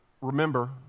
remember